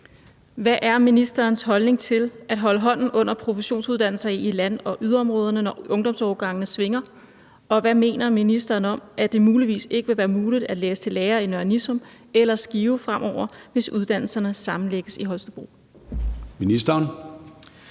Hvad er ministerens holdning til at holde hånden under professionsuddannelser i land- og yderområderne, når ungdomsårgangene svinger, og hvad mener ministeren om, at det muligvis ikke vil være muligt at læse til lærer i Nørre Nissum eller Skive fremover, hvis uddannelserne sammenlægges i Holstebro? Kl.